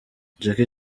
jackie